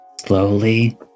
slowly